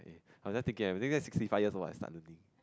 I am just thinking eh maybe get sixty five years old I start learning